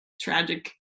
tragic